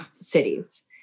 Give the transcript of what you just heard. cities